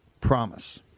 promise